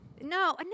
No